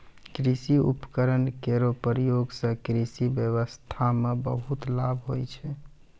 कृषि उपकरण केरो प्रयोग सें कृषि ब्यबस्था म बहुत लाभ होय छै